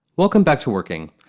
welcome back to working.